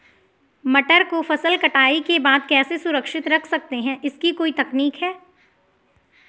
मटर को फसल कटाई के बाद कैसे सुरक्षित रख सकते हैं इसकी कोई तकनीक है?